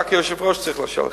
רק היושב-ראש צריך לאשר לך.